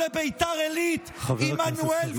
חבר הכנסת קריב,